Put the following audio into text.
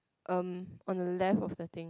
erm on the left of the thing